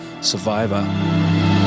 Survivor